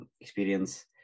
experience